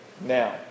now